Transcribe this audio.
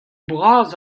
bras